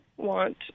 want